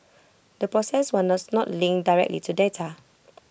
the process was not linked directly to data